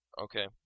Okay